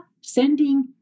sending